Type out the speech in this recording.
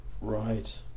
Right